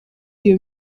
iyo